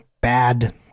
bad